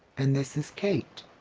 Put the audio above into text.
and this is kate.